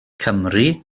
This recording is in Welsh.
cymry